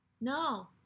no